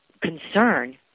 concern